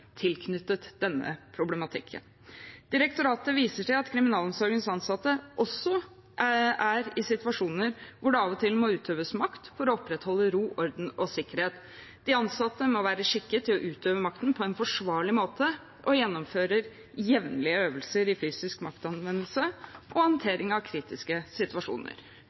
tilknyttet denne problematikken. Direktoratet viser til at kriminalomsorgens ansatte også er i situasjoner hvor det av og til må utøves makt for å opprettholde ro, orden og sikkerhet. De ansatte må være skikket til å utøve makten på en forsvarlig måte og gjennomfører jevnlige øvelser i fysisk maktanvendelse og håndtering av kritiske situasjoner.